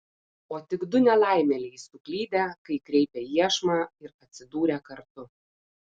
o tik du nelaimėliai suklydę kai kreipė iešmą ir atsidūrę kartu